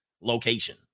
location